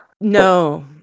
No